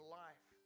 life